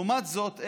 לעומת זאת,